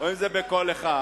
או אם זה בכל אחד.